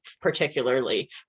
particularly